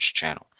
channel